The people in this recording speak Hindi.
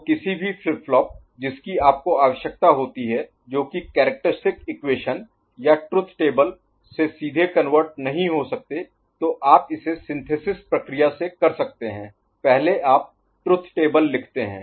तो किसी भी फ्लिप फ्लॉप जिसकी आपको आवश्यकता होती है जो कि कैरेक्टरिस्टिक इक्वेशन या ट्रुथ टेबल से सीधे कन्वर्ट Convert रूपांतरित नहीं हो सकते तो आप इसे सिंथेसिस प्रक्रिया से कर सकते हैं पहले आप ट्रुथ टेबल लिखते हैं